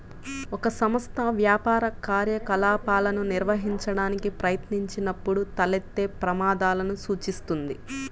ఒక సంస్థ వ్యాపార కార్యకలాపాలను నిర్వహించడానికి ప్రయత్నించినప్పుడు తలెత్తే ప్రమాదాలను సూచిస్తుంది